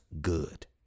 good